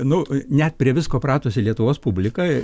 nu net prie visko pratusi lietuvos publika